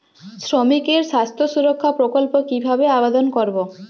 শ্রমিকের স্বাস্থ্য সুরক্ষা প্রকল্প কিভাবে আবেদন করবো?